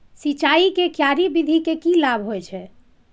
सिंचाई के क्यारी विधी के लाभ की होय छै?